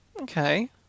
okay